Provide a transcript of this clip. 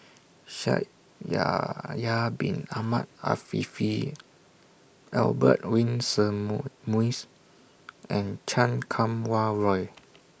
Shaikh Yahya Bin Ahmed Afifi Albert and Chan Kum Wah Roy